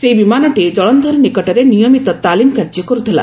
ସେହି ବିମାନଟି ଜଳନ୍ଧର ନିକଟରେ ନିୟମିତ ତାଲିମ କାର୍ଯ୍ୟ କରୁଥିଲା